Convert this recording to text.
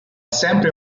sempre